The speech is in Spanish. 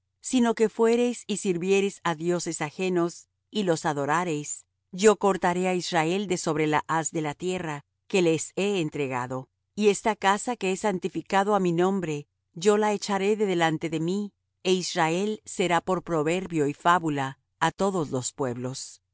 sino que fuereis y sirviereis á dioses ajenos y los adorareis yo cortaré á israel de sobre la haz de la tierra que les he entregado y esta casa que he santificado á mi nombre yo la echaré de delante de mí é israel será por proverbio y fábula á todos los pueblos